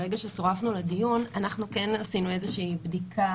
ברגע שצורפנו לדיון אנחנו עשינו איזושהי בדיקה